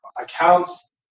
Accounts